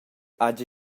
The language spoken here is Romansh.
hagi